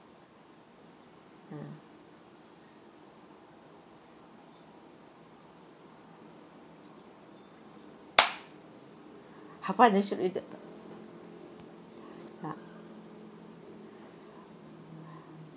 mm